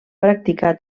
practicar